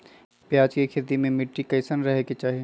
प्याज के खेती मे मिट्टी कैसन रहे के चाही?